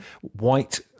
white